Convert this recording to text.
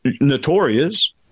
notorious